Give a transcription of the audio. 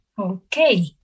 Okay